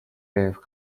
based